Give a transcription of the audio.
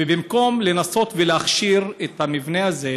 ובמקום לנסות ולהכשיר את המבנה הזה